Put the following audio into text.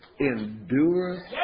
Endure